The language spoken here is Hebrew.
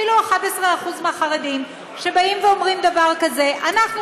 אפילו 11% מהחרדים שבאים אומרים דבר כזה: אנחנו